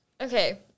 okay